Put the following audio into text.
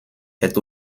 est